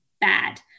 bad